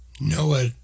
Noah